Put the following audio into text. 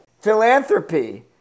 Philanthropy